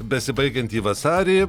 besibaigiantį vasarį